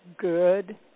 good